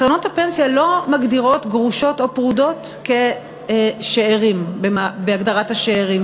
קרנות הפנסיה לא מגדירות גרושות או פרודות כשאירים בהגדרת השאירים,